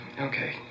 Okay